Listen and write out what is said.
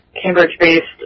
Cambridge-based